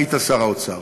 היית שר האוצר.